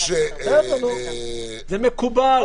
זה מקובל.